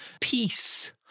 peace